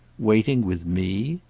waiting with me?